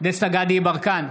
גדי יברקן,